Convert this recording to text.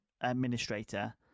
administrator